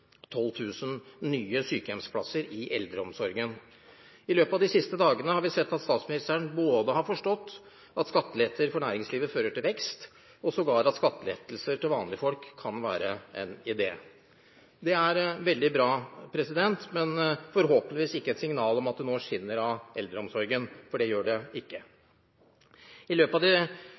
nye sykehjemsplasser i eldreomsorgen. I løpet av de siste dagene har vi sett at statsministeren både har forstått at skatteletter for næringslivet fører til vekst, og sågar at skatteletter til vanlige folk kan være en idé. Det er veldig bra, men forhåpentligvis ikke et signal om at det nå skinner av eldreomsorgen, for det gjør det ikke. I løpet av